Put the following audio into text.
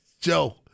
Joe